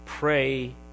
Pray